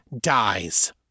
dies